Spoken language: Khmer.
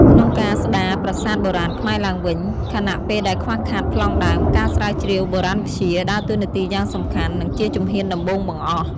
ក្នុងការស្ដារប្រាសាទបុរាណខ្មែរឡើងវិញ ខណៈពេលដែលខ្វះខាតប្លង់ដើម ការស្រាវជ្រាវបុរាណវិទ្យា ដើរតួនាទីយ៉ាងសំខាន់ និងជាជំហានដំបូងបង្អស់។